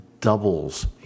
doubles